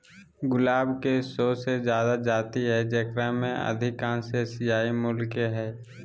गुलाब के सो से जादा जाति हइ जेकरा में अधिकांश एशियाई मूल के हइ